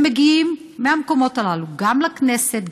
ומגיעים מהמקומות הללו גם לכנסת,